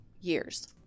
years